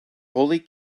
holy